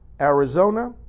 Arizona